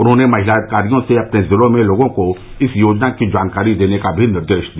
उन्होंने महिला अधिकारियों से अपने जिले में लोगों को इस योजना की जानकारी देने का निर्देश भी दिया